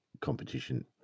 competition